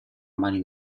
mani